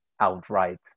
outright